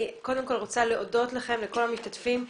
אני רוצה להודות לכם, לכל המשתתפים.